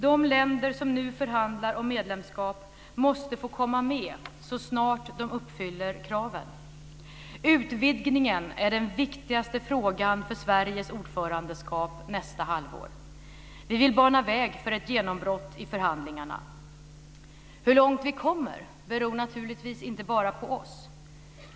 De länder som nu förhandlar om medlemskap måste få komma med så snart de uppfyller kraven. Utvidgningen är den viktigaste frågan för Sveriges ordförandeskap nästa halvår. Vi vill bana väg för ett genombrott i förhandlingarna. Hur långt vi kommer beror naturligtvis inte bara på oss.